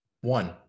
One